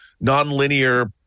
non-linear